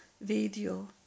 video